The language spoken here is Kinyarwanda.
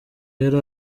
yari